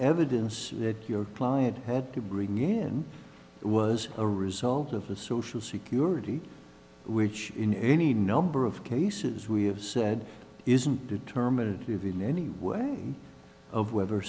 evidence that your client had to bring in was a result of the social security which in any number of cases we have said isn't determinative in any way of whether